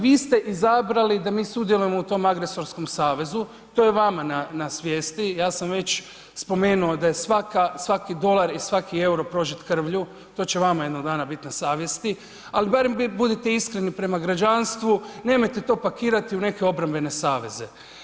Vi ste izabrali da mi sudjelujemo u tom agresorskom savezu to je vama na svijesti, ja sam već spomenuo da je svaki dolar i svaki EUR-o prožet krvlju, to će vama jednog dana bit na savjesti, ali barem budite iskreni prema građanstvu nemojte to pakirati u neke obrambene saveze.